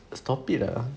stop it lah